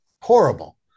horrible